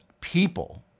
people